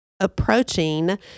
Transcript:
approaching